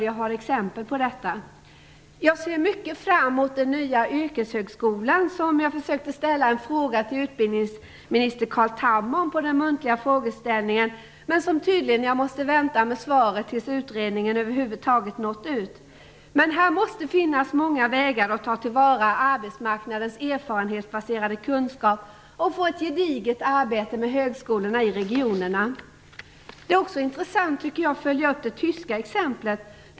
Jag har exempel på detta. Jag ser mycket fram emot den nya yrkeshögskola som jag försökte ställa en fråga till utbildningminister Carl Tham om på den muntliga frågestunden. Jag måste tydligen vänta på svaret tills utredningen nått ut. Det måste finnas många vägar att ta till vara arbetsmarknadens erfarenhetsbaserade kunskap och få ett gediget samarbete med högskolorna i regionerna. Det är också intressant, tycker jag, att följa upp det tyska exemplet.